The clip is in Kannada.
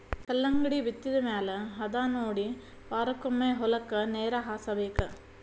ಕಲ್ಲಂಗಡಿ ಬಿತ್ತಿದ ಮ್ಯಾಲ ಹದಾನೊಡಿ ವಾರಕ್ಕೊಮ್ಮೆ ಹೊಲಕ್ಕೆ ನೇರ ಹಾಸಬೇಕ